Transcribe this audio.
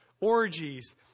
orgies